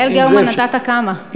ליעל גרמן נתת כמה.